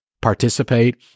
participate